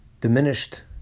diminished